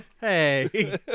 Hey